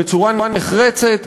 בצורה נחרצת,